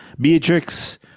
Beatrix